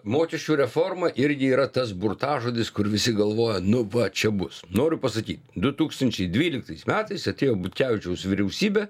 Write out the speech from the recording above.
mokesčių reforma irgi yra tas burtažodis kur visi galvoja nu va čia bus noriu pasakyt du tūkstančiai dvylikatais metais atėjo butkevičiaus vyriausybė